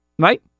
Right